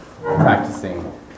practicing